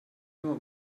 nur